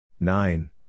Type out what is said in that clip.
Nine